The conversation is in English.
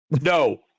No